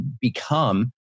become